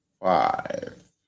five